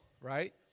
right